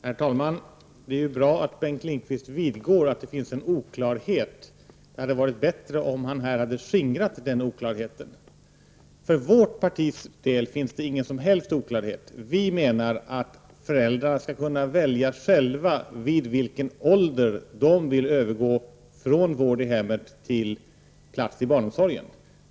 Herr talman! Det är bra att Bengt Lindqvist vidgår att det finns en oklarhet, men det hade varit bättre om han här hade skingrat denna oklarhet. För vårt partis del finns det ingen som helst oklarhet. Vi menar att föräldrar själva skall kunna välja vid vilken ålder de vill övergå från att vårda barnen i hemmet till att ge dem en plats i barnomsorgen.